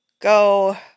go